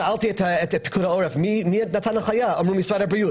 שאלתי את פיקוד העורף מי נתן הנחיה כזו,